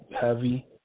heavy